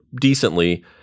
decently